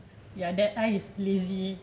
ya that I is lazy